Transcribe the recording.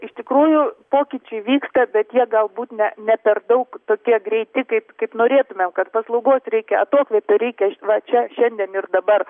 iš tikrųjų pokyčiai vyksta bet jie galbūt ne ne per daug tokie greiti kaip kaip norėtumėm kad paslaugos reikia atokvėpio reikia va čia šiandien ir dabar